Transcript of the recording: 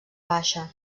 baixa